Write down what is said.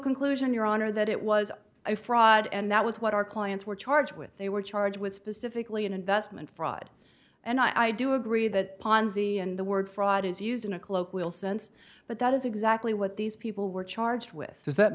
conclusion your honor that it was a fraud and that was what our clients were charged with they were charged with specifically an investment fraud and i do agree that ponzi and the word fraud is used in a colloquial sense but that is exactly what these people were charged with does that